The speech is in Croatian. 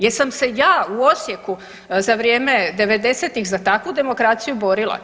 Jesam se ja u Osijeku za vrijeme '90.-tih za takvu demokraciju borila?